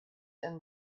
and